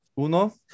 uno